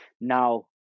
now